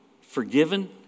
forgiven